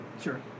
Sure